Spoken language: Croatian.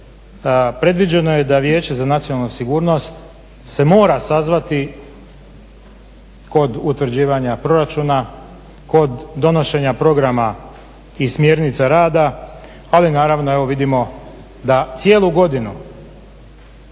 predviđeno je da vijeće za nacionalnu sigurnost se mora sazvati kod utvrđivanja proračuna, kod donošenja programa i smjernica rada, ali naravno evo vidimo da cijelu godinu